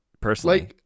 personally